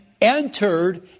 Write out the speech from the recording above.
entered